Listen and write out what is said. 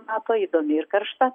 nusimato įdomi ir karšta